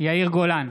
יאיר גולן,